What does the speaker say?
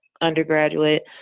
undergraduate